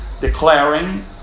declaring